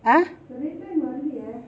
!huh!